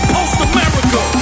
Post-America